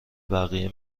بقیه